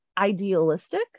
idealistic